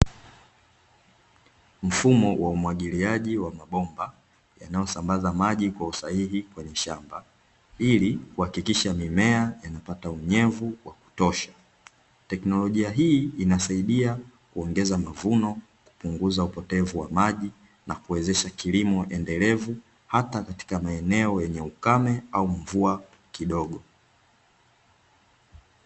Mfumo wa umwagiliaji wa mabomba yanayosamabaza maji kwa usahihi kwenye shamba, ili kuhakikisha mimea inapata unyevu wa kutosha. Teknolojia hii inasaidia kuongeza mavuno, kupunguza upotevu wa maji na kuwezesha kilimo endelevu; hata katika maeneo yenye ukame au mvua kidogo.